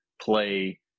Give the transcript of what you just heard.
play